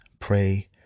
Pray